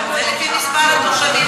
זה לפי מספר התושבים.